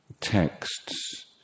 texts